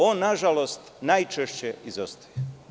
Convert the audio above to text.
Ona, nažalost, najčešće izostaje.